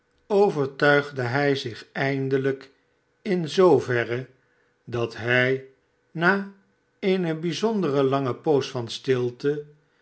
overtuigde hij zich eindelijk in zooverre dat hij na eene bijzonder lange poos van stilte